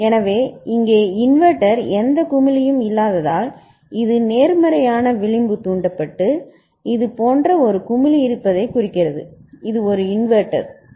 எனவே இங்கே இன்வெர்ட்டர் எந்த குமிழியும் இல்லாததால் இது நேர்மறையான விளிம்பு தூண்டப்பட்டு இது போன்ற ஒரு குமிழி இருப்பதைக் குறிக்கிறது இது ஒரு இன்வெர்ட்டர் சரி